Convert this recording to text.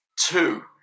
two